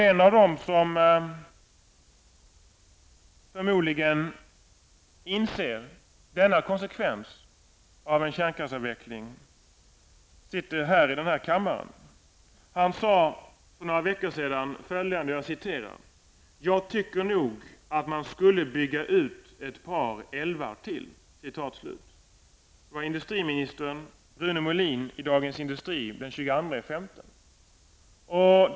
En av dem som förmodligen inser denna konsekvens av en kärnkraftsavveckling sitter i denna kammare. Han sade för några veckor sedan: ''Jag tycker nog att man skulle bygga ut ett par älvar till.'' Det var industriminister Rune Molin som yttrade detta i Dagens Industri den 22 maj.